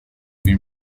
been